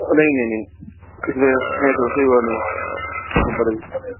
नहीं नहीं नहीं सिंपल ही बनेगा